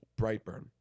Brightburn